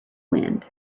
wind